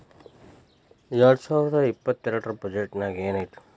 ಎರ್ಡ್ಸಾವರ್ದಾ ಇಪ್ಪತ್ತೆರ್ಡ್ ರ್ ಬಜೆಟ್ ನ್ಯಾಗ್ ಏನೈತಿ?